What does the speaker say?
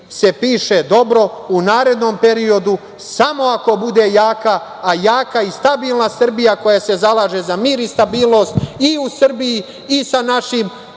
piše dobro u narednom periodu samo ako bude jaka, a jaka i stabilna Srbija koja se zalaže za mir i stabilnost i u Srbiji i sa našim